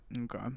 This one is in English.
Okay